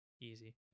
easy